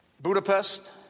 Budapest